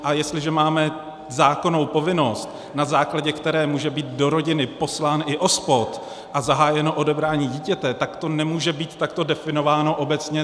A jestliže máme zákonnou povinnost, na základě které může být do rodiny poslán OSPOD a zahájeno odebrání dítěte, tak to nemůže být definováno takto obecně.